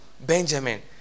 Benjamin